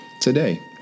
today